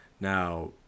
Now